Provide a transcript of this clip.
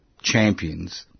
champions